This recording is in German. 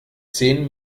zehn